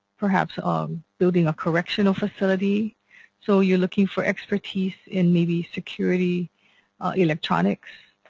perhaps um building a correction of facility so you're looking for expertise in maybe security electronics.